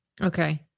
okay